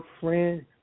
friend